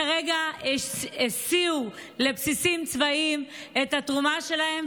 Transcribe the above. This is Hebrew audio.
הם כרגע הסיעו לבסיסים צבאיים את התרומה שלהם,